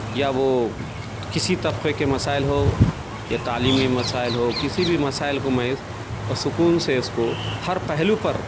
یا وہ کسی طبقے کے مسائل ہو یا تعلیمی مسائل ہو کسی بھی مسائل کو میں سکون سے اس کو ہر پہلو پر